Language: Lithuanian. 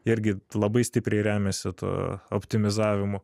irgi labai stipriai remiasi to optimizavimu